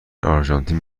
آرژانتین